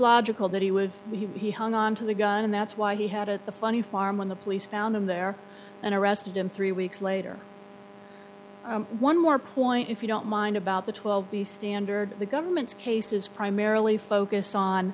logical that he would he hung onto the gun and that's why he had at the funny farm when the police found him there and arrested him three weeks later one more point if you don't mind about the twelve the standard the government's case is primarily focused on